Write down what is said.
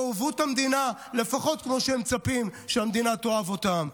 יאהבו את המדינה לפחות כמו שמצפים שהמדינה תאהב אותם.